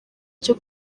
cyo